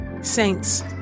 Saints